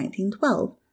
1912